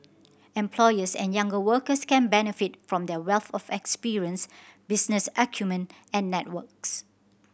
employers and younger workers can benefit from their wealth of experience business acumen and networks